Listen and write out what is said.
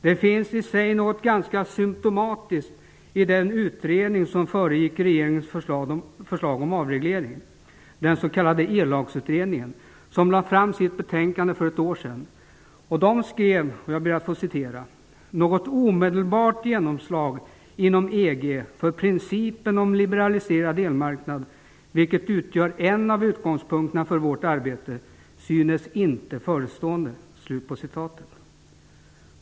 Det finns i sig något ganska symtomatiskt i den utredning som föregick regeringens förslag om avreglering, den s.k. Ellagsutredningen. Man lade fram sitt betänkande för ett år sedan, och skrev där: Något omedelbart genomslag inom EG för principen om liberaliserad elmarknad -- vilken utgör en av utgångspunkterna för vårt arbete -- synes inte förestående.